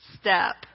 step